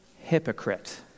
hypocrite